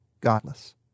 godless